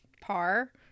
par